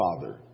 Father